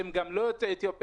שהם גם לא יוצאי אתיופיה,